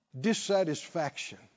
Dissatisfaction